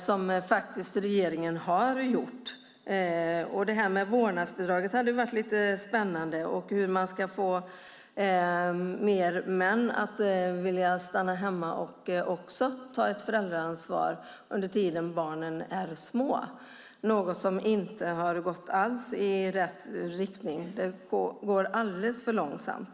Det hade varit spännande att tala om vårdnadsbidraget och om hur man ska få fler män att vilja stanna hemma och ta ett föräldraansvar under den tid barnen är små. Det har inte alls gått i rätt riktning. Det går alldeles för långsamt.